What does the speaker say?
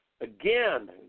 Again